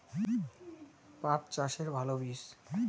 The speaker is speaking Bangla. পাঠ চাষের ভালো বীজ?